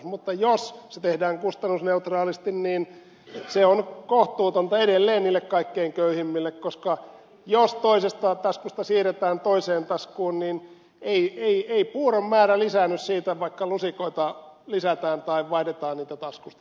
mutta jos se tehdään kustannusneutraalisti niin se on kohtuutonta edelleen niille kaikkein köyhimmille koska jos toisesta taskusta siirretään toiseen taskuun niin ei puuron määrä lisäänny siitä vaikka lusikoita lisätään tai vaihdetaan niitä taskusta toiseen